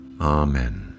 Amen